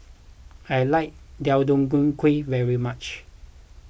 I like Deodeok Gui very much